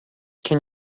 can